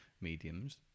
mediums